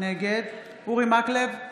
נגד אורי מקלב,